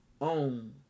own